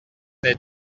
est